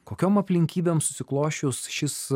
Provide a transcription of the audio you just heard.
kokiom aplinkybėm susiklosčius šis